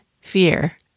Fear